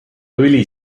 õli